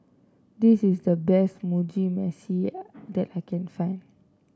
this is the best Mugi Meshi that I can find